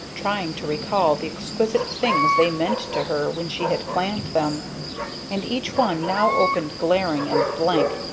trying to recall the exquisite things they meant to her when she had planned them and each one now opened glaring and blank,